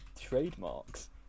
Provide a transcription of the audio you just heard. Trademarks